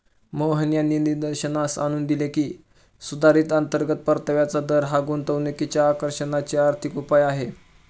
मोहन यांनी निदर्शनास आणून दिले की, सुधारित अंतर्गत परताव्याचा दर हा गुंतवणुकीच्या आकर्षणाचे आर्थिक उपाय आहे